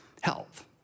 health